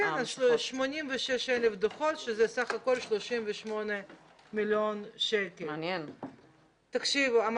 כן, 86,000 דוחות, שזה 38 מיליון שקל בסך הכול.